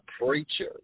preacher